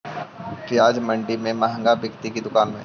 प्याज मंडि में मँहगा बिकते कि दुकान में?